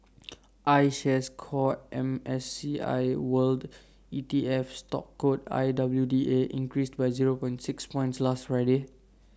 iShares core M S C I world E T F stock code I W D A increased by zero point six points last Friday